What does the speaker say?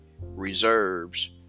Reserve's